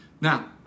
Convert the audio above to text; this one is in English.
Now